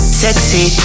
sexy